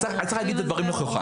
צריך להגיד את הדברים נכוחה.